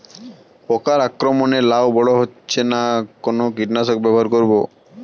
পোকার আক্রমণ এ লাউ বড় হচ্ছে না কোন কীটনাশক ব্যবহার করব?